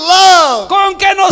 love